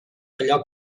allò